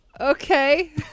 Okay